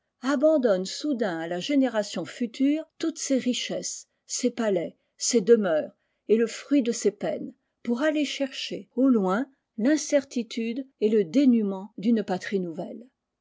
abandonne soudain à la génération future toutes ses richesses ses palais ses demeures et le fruit de ses peines pour aller chercher au loin tincertitude et le dénuement d'une patrie nouvelle